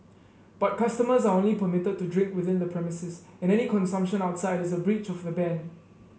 but customers are only permitted to drink within the premises and any consumption outside is a breach of the ban